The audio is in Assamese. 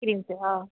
ক্ৰীমটো অঁ